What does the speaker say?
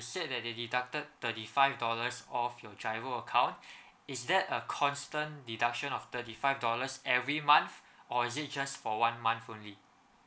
you said they deducted thirty five dollars off your G_I_R_O account is there a constant deduction of thirty five dollars every month or is it just for one month only